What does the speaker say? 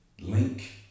Link